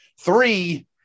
Three